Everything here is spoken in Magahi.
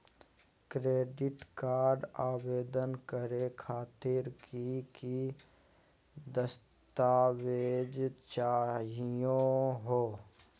क्रेडिट कार्ड आवेदन करे खातिर की की दस्तावेज चाहीयो हो?